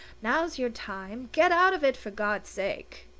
now's your time. get out of it, for god's sake!